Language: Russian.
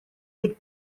быть